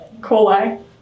coli